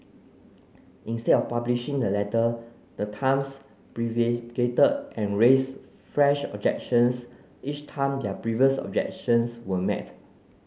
instead of publishing the letter the Times prevaricated and raised fresh objections each time their previous objections were met